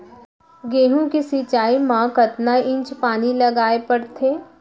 गेहूँ के सिंचाई मा कतना इंच पानी लगाए पड़थे?